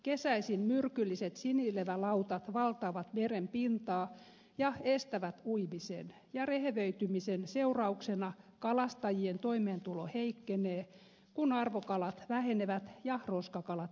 kesäisin myrkylliset sinilevälautat valtaavat meren pintaa ja estävät uimisen ja rehevöitymisen seurauksena kalastajien toimeentulo heikkenee kun arvokalat vähenevät ja roskakalat lisääntyvät